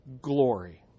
glory